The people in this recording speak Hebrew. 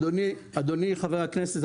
אדוני חבר הכנסת,